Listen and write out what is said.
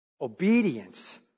Obedience